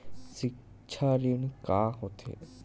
सिक्छा ऋण का होथे?